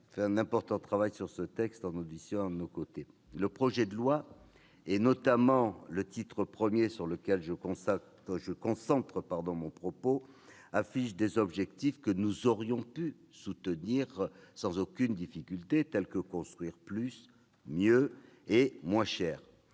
accompli un important travail sur ce texte, lors des auditions, à nos côtés. Le projet de loi, notamment son titre I, sur lequel je concentrerai mon propos, affiche des objectifs que nous aurions pu soutenir sans aucune difficulté, tel que « construire plus, mieux et moins cher